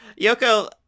Yoko